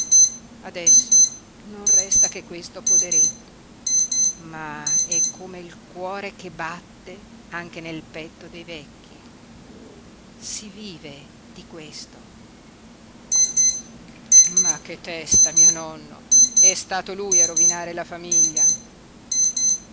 adesso non resta che questo poderetto ma è come il cuore che batte anche nel petto dei vecchi si vive di questo ma che testa mio nonno è stato lui a rovinare la famiglia